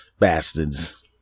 Bastards